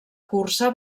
cursa